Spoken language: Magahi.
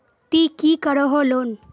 ती की करोहो लोन?